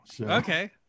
Okay